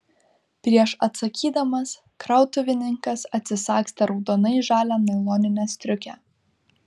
prieš atsakydamas krautuvininkas atsisagstė raudonai žalią nailoninę striukę